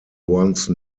once